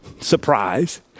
surprise